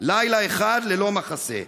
לילה אחד ללא מחסה.